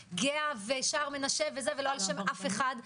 נקראים גהה ושער מנשה ולא על שם אדם.